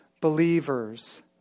believers